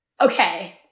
Okay